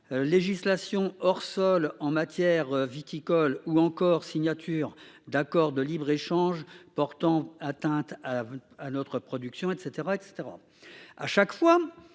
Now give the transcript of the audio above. Législation hors sol en matière viticole ou encore signature d'accords de libre-échange portant atteinte. À notre production etc